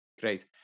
Great